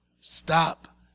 Stop